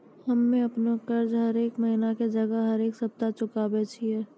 हम्मे अपनो कर्जा हरेक महिना के जगह हरेक सप्ताह चुकाबै छियै